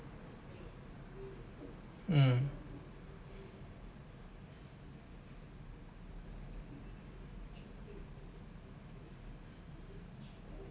mm